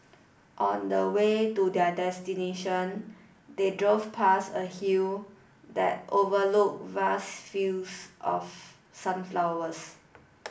on the way to their destination they drove past a hill that overlooked vast fields of sunflowers